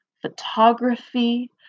photography